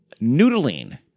noodling